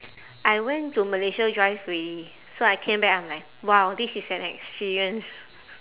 I went to malaysia drive already so I came back I'm like !wow! this is an experience